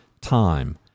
time